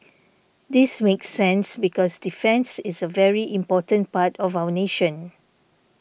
this makes sense because defence is a very important part of our nation